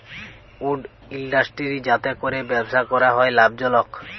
would industry যাতে ক্যরে ব্যবসা ক্যরা হ্যয় লাভজলক